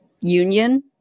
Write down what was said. union